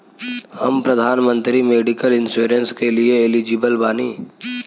हम प्रधानमंत्री medical insurance के लिए एलिजिबल बानी?